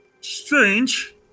strange